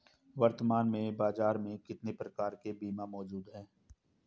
वर्तमान में बाज़ार में कितने प्रकार के बीमा मौजूद हैं?